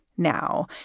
Now